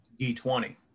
D20